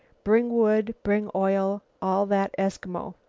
bring wood, bring oil, all that eskimo.